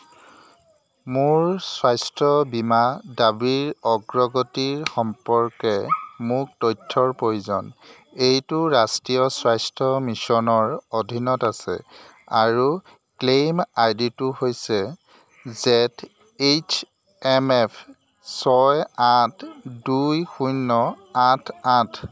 মোৰ স্বাস্থ্য বীমা দাবীৰ অগ্ৰগতি সম্পৰ্কে মোক তথ্যৰ প্ৰয়োজন এইটো ৰাষ্ট্ৰীয় স্বাস্থ্য মিছনৰ অধীনত আছে আৰু ক্লেইম আই ডিটো হৈছে জেদ এইচ এম এফ ছয় আঠ দুই শূন্য আঠ আঠ